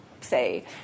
say